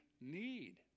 need